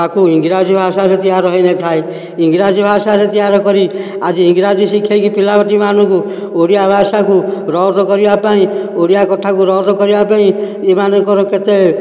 ତାକୁ ଇଂରାଜୀ ଭାଷାରେ ତିଆରି ହେଇନଥାଏ ଇଂରାଜୀ ଭାଷାରେ ତିଆରି କରି ଆଜି ଇଂରାଜୀ ଶିଖାଇକି ପିଲାଟି ମାନଙ୍କୁ ଓଡ଼ିଆ ଭାଷାକୁ ରଦ୍ଧ କରିବା ପାଇଁ ଓଡ଼ିଆ କଥାକୁ ରଦ୍ଧ କରିବା ପାଇଁ ଏମାନଙ୍କର କେତେ